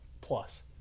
plus